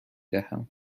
دهم